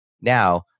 Now